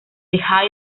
the